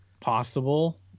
possible